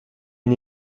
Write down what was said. une